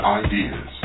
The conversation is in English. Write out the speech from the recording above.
ideas